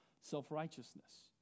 self-righteousness